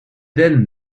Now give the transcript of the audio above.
then